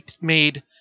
made